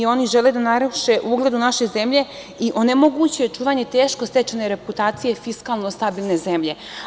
Oni žele da naruše ugled naše zemlje i onemoguće čuvanje teško stečene reputacije fiskalno stabilne zemlje.